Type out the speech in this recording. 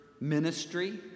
ministry